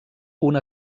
una